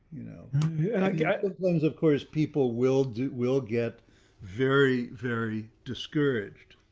you know, you and i get things, of course, people will do will get very, very discouraged,